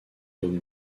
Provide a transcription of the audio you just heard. dôme